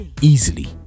easily